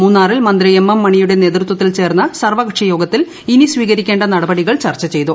മൂന്നാറിൽ മന്ത്രി M M മണിയുടെ നേതൃത്വത്തിൽ ചേർന്ന സർവകക്ഷി യോഗത്തിൽ ഇനി സ്വീകരിക്കേണ്ട നടപടികൾ ചർച്ച ചെയ്തു